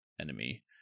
enemy